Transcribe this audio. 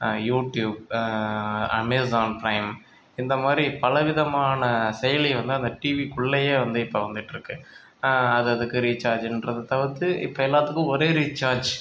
YouTube Amazon Prime இந்தமாதிரி பலவிதமான செயலி வந்து அந்த டிவிக்குள்ளேயே வந்து இப்ப வந்துகிட்ருக்கு அது அதுக்கு ரீசார்ஜ்ன்றதை தவிர்த்து இப்போ எல்லாத்துக்கும் ஒரே ரீசார்ஜ்